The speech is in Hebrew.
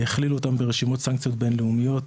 הכלילו אותם ברשימות סנקציות בינלאומיות,